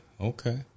okay